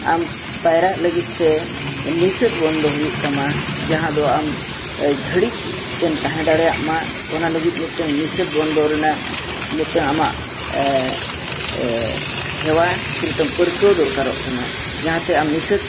ᱟᱢ ᱯᱟᱭᱨᱟᱜ ᱞᱟᱹᱜᱤᱫ ᱛᱮ ᱱᱤᱥᱟᱹᱥ ᱵᱚᱱᱫᱚ ᱦᱩᱭᱩᱜ ᱛᱟᱢᱟ ᱡᱟᱦᱟᱸ ᱫᱚ ᱟᱢ ᱜᱷᱟᱹᱲᱤᱡ ᱮᱢ ᱛᱟᱦᱮᱸ ᱫᱟᱲᱮᱭᱟᱜᱼᱢᱟ ᱚᱱᱟ ᱞᱟᱹᱜᱤᱫ ᱢᱤᱫᱴᱟᱹᱝ ᱱᱤᱥᱟᱹᱥ ᱵᱚᱱᱫᱚ ᱨᱮᱱᱟᱜ ᱢᱤᱫᱴᱟᱝ ᱟᱢᱟᱜ ᱦᱮᱣᱟ ᱥᱮ ᱢᱤᱫᱴᱟᱹᱝ ᱯᱟᱹᱨᱠᱟᱹᱣ ᱫᱚᱨᱠᱟᱨᱚᱜ ᱠᱟᱱᱟ ᱡᱟᱦᱟᱸᱛᱮ ᱟᱢ ᱱᱤᱥᱟᱹᱥ